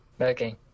Okay